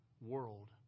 world